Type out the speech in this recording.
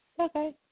Okay